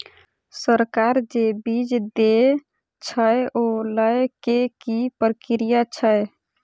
सरकार जे बीज देय छै ओ लय केँ की प्रक्रिया छै?